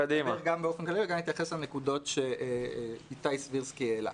גם באופן כללי ואני אתייחס גם לנקודות שאיתי סבירסקי העלה.